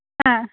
ആ